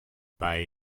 bei